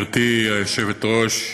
גברתי היושבת-ראש,